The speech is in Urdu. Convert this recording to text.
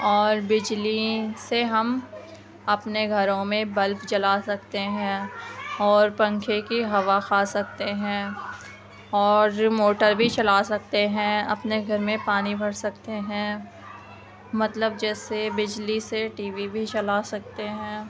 اور بجلی سے ہم اپنے گھروں میں بلب جلا سکتے ہیں اور پنکھے کی ہوا کھا سکتے ہیں اور موٹر بھی چلا سکتے ہیں اپنے گھر میں پانی بھر سکتے ہیں مطلب جیسے بجلی سے ٹی وی بھی چلا سکتے ہیں